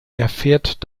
erfährt